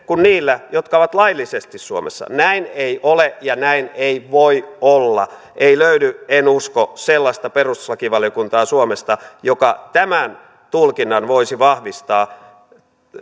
kuin niillä jotka ovat laillisesti suomessa näin ei ole ja näin ei voi olla ei löydy en usko sellaista perustuslakivaliokuntaa suomesta joka tämän tulkinnan voisi vahvistaa